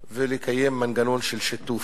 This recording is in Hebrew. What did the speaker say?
ולקיים מנגנון של שיתוף,